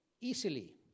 easily